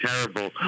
terrible